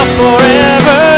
forever